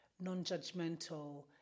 non-judgmental